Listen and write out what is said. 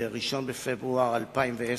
ב-1 בפברואר 2010,